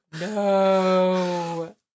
No